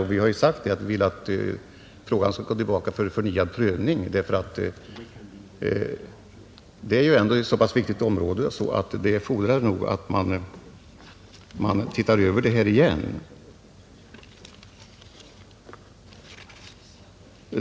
Men vi har ju hemställt om en förnyad prövning av frågan; det är ändå ett så pass viktigt område att det krävs att man ser över frågan igen.